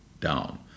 down